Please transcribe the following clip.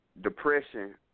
Depression